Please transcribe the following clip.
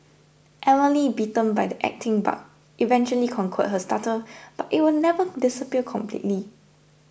Emily bitten by the acting bug eventually conquered her stutter but it will never disappear completely